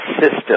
system